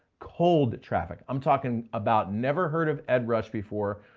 cold traffic, i'm talking about never heard of ed rush before,